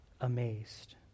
amazed